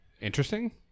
Interesting